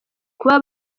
kuba